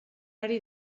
ari